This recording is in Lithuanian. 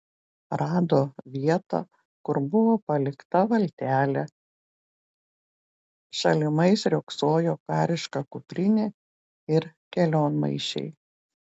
rado vietą kur buvo palikta valtelė šalimais riogsojo kariška kuprinė ir kelionmaišiai